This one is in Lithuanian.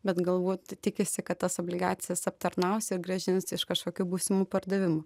bet galbūt tikisi kad tas obligacijas aptarnaus ir grąžins iš kažkokių būsimų pardavimų